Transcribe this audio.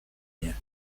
nie